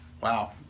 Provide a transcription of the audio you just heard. Wow